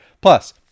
plus